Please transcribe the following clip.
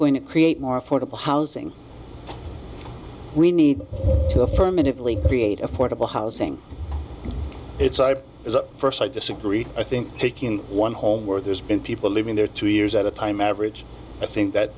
going to create more affordable housing we need to affirmatively create affordable housing is a first i disagree i think taking one where there's been people living there two years at a time average i think that